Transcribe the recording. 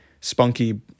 spunky